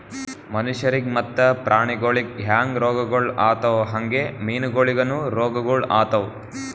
ಮನುಷ್ಯರಿಗ್ ಮತ್ತ ಪ್ರಾಣಿಗೊಳಿಗ್ ಹ್ಯಾಂಗ್ ರೋಗಗೊಳ್ ಆತವ್ ಹಂಗೆ ಮೀನುಗೊಳಿಗನು ರೋಗಗೊಳ್ ಆತವ್